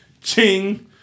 ching